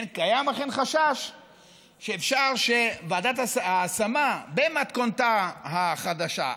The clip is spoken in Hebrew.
קיים אכן חשש שאפשר שוועדת ההשמה במתכונתה החדשה,